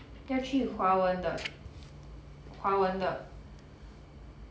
要去华文的华文的